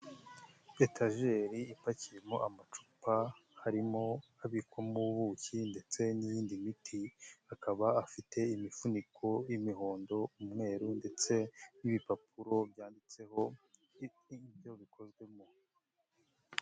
Etajeri ipakiyemo amacupa harimo habikomo ubuki ndetse n'iyindi miti, akaba afite imifuniko y'imihondo, umweru ndetse n'ibipapuro byanditseho ibyo bikozwemo.